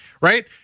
right